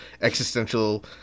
existential